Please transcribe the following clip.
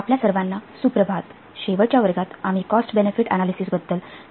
आपल्या सर्वांना सुप्रभात शेवटच्या वर्गात आम्ही कॉस्ट बेनेफिट अनालिसिसबद्दल चर्चा केली आहे